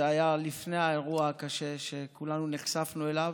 זה היה לפני האירוע הקשה שכולנו נחשפנו אליו.